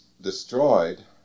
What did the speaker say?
destroyed